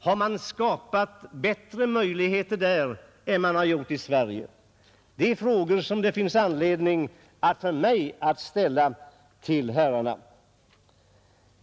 Har man skapat bättre möjligheter där än man har gjort i Sverige? Det är frågor som det finns anledning för mig att ställa till herrarna.